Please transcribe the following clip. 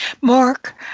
Mark